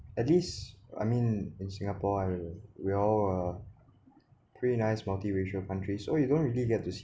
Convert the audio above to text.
at least I mean in singapore I we all are pretty nice multiracial country so you don't really get this